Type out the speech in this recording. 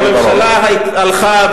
שהממשלה הלכה,